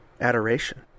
adoration